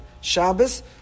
Shabbos